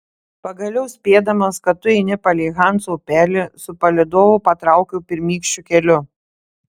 pagaliau spėdamas kad tu eini palei hanso upelį su palydovu patraukiau pirmykščiu keliu